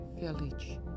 Village